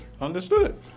Understood